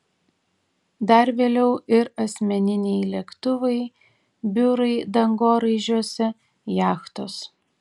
dar vėliau ir asmeniniai lėktuvai biurai dangoraižiuose jachtos